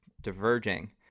diverging